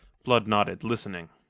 blood nodded, listening.